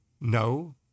no